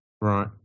Right